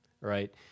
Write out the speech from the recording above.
right